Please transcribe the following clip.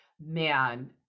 Man